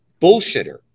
bullshitter